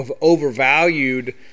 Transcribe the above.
overvalued –